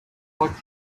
what